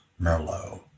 Merlot